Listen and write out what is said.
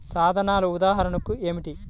సాధనాల ఉదాహరణలు ఏమిటీ?